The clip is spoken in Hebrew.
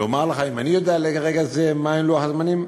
לומר לך אם אני יודע ברגע זה מה לוח הזמנים?